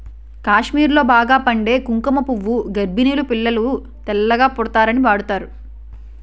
కాశ్మీర్లో బాగా పండే కుంకుమ పువ్వు గర్భిణీలు పిల్లలు తెల్లగా పుడతారని వాడుతారు